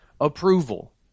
approval